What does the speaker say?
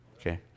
Okay